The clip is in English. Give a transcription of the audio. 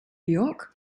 york